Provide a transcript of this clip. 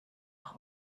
auch